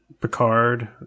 Picard